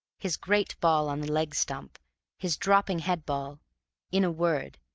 his great ball on the leg-stump his dropping head-ball in a word,